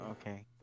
Okay